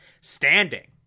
standing